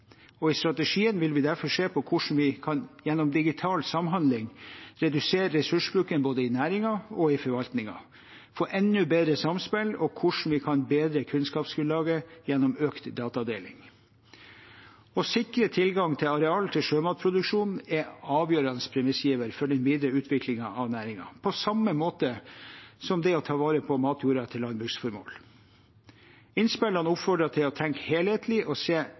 I strategien vil vi derfor se på hvordan vi gjennom digital samhandling kan redusere ressursbruken både i næringen og i forvaltningen, få enda bedre samspill, og hvordan vi kan bedre kunnskapsgrunnlaget gjennom økt datadeling. Å sikre tilgang til areal til sjømatproduksjon er en avgjørende premissgiver for den videre utviklingen av næringen – på samme måte som det å ta vare på matjorda til landbruksformål. Innspillene oppfordrer til å tenke helhetlig og se